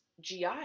GI